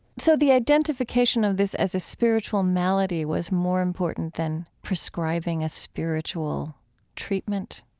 so the identification of this as a spiritual malady was more important than prescribing a spiritual treatment?